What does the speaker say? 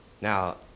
Now